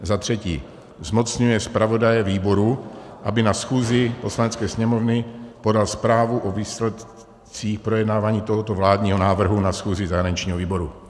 III. zmocňuje zpravodaje výboru, aby na schůzi Poslanecké sněmovny podal zprávu o výsledcích projednávání tohoto vládního návrhu na schůzi zahraničního výboru.